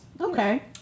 Okay